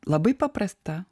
labai paprasta